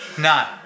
No